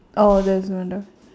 oh does it matter